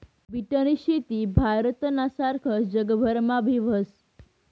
बीटनी शेती भारतना सारखस जगभरमा बी व्हस